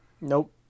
Nope